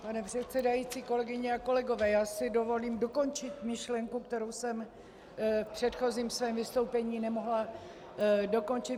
Pane předsedající, kolegyně a kolegové, já si dovolím dokončit myšlenku, kterou jsem v předchozím svém vystoupení nemohla dokončit.